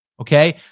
okay